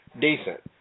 decent